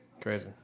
Crazy